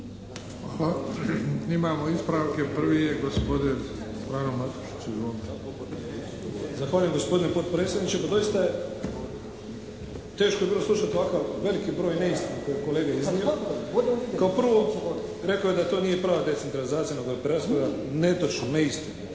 Izvolite. **Matušić, Frano (HDZ)** Zahvaljujem gospodine potpredsjedniče. Pa doista je, teško je bilo slušati ovakav veliki broj neistina koje je kolega iznio. Kao prvo rekao je da to nije prava decentralizacija nego je preraspodjela. Netočno, neistina.